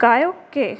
গায়ক কে